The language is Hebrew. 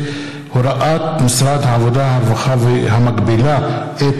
אשר ומירב בן ארי בנושא: הוראת משרד העבודה והרווחה המגבילה את